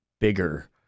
bigger